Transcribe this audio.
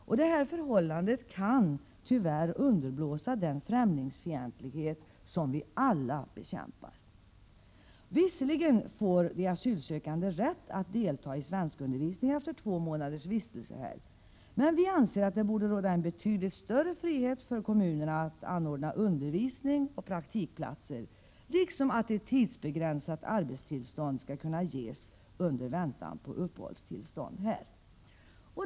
Det förhållandet kan tyvärr underblåsa den främlingsfientlighet som vi alla bekämpar. Visserligen får de asylsökande rätt att delta i svenskundervisning efter två månaders vistelse här, men vi anser att det borde råda en betydligt större frihet för kommunerna att anordna undervisning och praktikplatser och att ett tidsbegränsat arbetstillstånd skall kunna ges under väntan på uppehållstillstånd här.